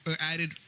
added